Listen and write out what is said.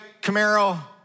Camaro